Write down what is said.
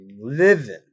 living